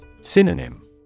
Synonym